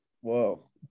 Whoa